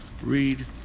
Read